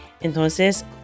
Entonces